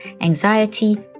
anxiety